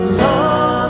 love